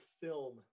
film